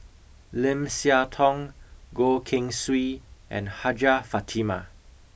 Lim Siah Tong Goh Keng Swee and Hajjah Fatimah